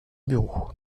bureau